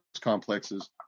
complexes